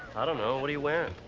i don't know. what are you wearing?